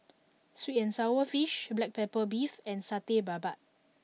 Sweet and Sour Fish Black Pepper Beef and Satay Babat